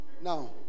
Now